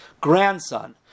grandson